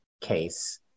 case